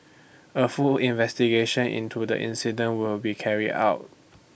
A full investigation into the incident will be carried out